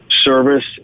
service